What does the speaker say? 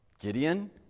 Gideon